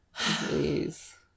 Please